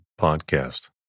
podcast